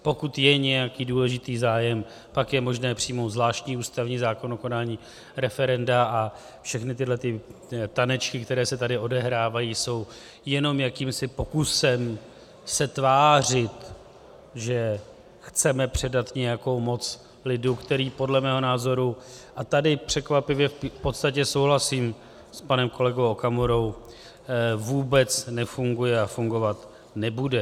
Pokud je nějaký důležitý zájem, pak je možné přijmout zvláštní ústavní zákon o konání referenda a všechny tyhle tanečky, které se tady odehrávají, jsou jenom jakýmsi pokusem se tvářit, že chceme předat nějakou moc lidu, který podle mého názoru, a tady překvapivě v podstatě souhlasím s panem kolegou Okamurou, vůbec nefunguje a fungovat nebude.